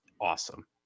Awesome